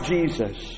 Jesus